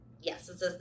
yes